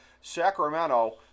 Sacramento